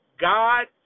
God